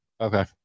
Okay